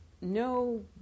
no